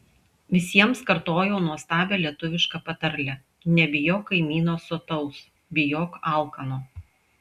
visiems kartojau nuostabią lietuvišką patarlę nebijok kaimyno sotaus bijok alkano